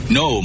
no